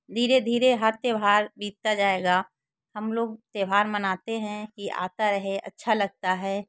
धीरे धीरे हर त्यौहार बीतता जाएगा हम लोग त्यौहार मनाते हैं कि आता रहे अच्छा लगता है